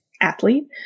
athlete